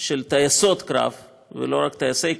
של טייסות קרב, ולא רק טייסי קרב.